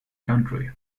country